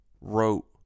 wrote